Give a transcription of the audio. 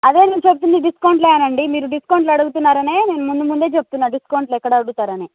అదే నేను చెప్తుంది డిస్కౌంట్లేనండి మీరు డిస్కౌంటులు అడుగుతున్నారనే నేను ముందు ముందే చెప్తున్నా డిస్కౌంటులు ఎక్కడ అడుగుతారనే